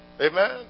Amen